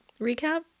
recap